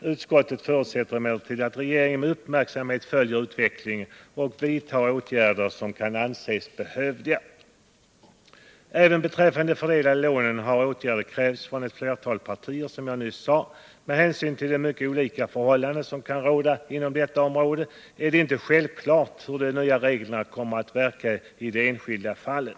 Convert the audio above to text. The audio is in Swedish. Utskottet förutsätter att regeringen uppmärksamt följer utvecklingen och vidtar de åtgärder som kan anses behövliga. Även beträffande de fördelade lånen har åtgärder krävts från ett flertal partier. Med hänsyn till de mycket olika förhållanden som kan råda inom detta område är det inte självklart hur de nya reglerna kommer att verka i de enskilda fallen.